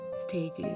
stages